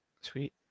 sweet